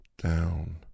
down